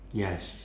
yes